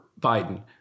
Biden